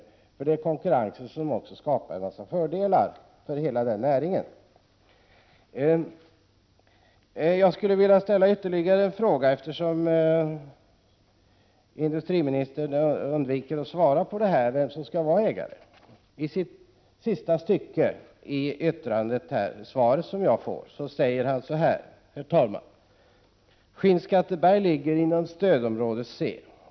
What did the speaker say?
Det är ju konkurrensen som också skapar fördelar för hela näringen. Jag skulle vilja ställa ytterligare en fråga, eftersom industriministern undviker att svara på frågan vem som skall vara ägare. I sista stycket i svaret till mig säger han: ”Skinnskatteberg ligger inom stödområde C.